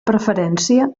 preferència